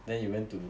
then you went to